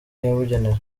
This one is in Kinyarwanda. yabugenewe